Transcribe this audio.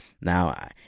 Now